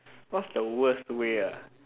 what's the worst way ah